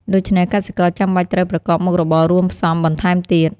ដូច្នេះកសិករចាំបាច់ត្រូវប្រកបមុខរបររួមផ្សំបន្ថែមទៀត។